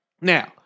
Now